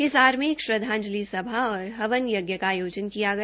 हिसार में एक श्रद्वांजलि सभा और हवन यज्ञ का आयोजन किया गया